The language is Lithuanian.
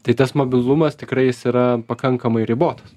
tai tas mobilumas tikrai jis yra pakankamai ribotas